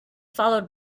followed